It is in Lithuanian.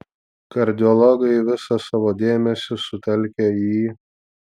kardiologai visą savo dėmesį sutelkia į